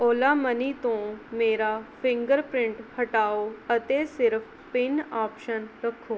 Ola money ਤੋਂ ਮੇਰਾ fingerprint ਹਟਾਓ ਅਤੇ ਸਿਰਫ਼ ਪਿੰਨ ਆਪਸ਼ਨ ਰੱਖੋ